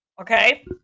Okay